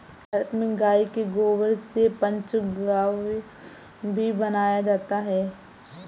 भारत में गाय के गोबर से पंचगव्य भी बनाया जाता है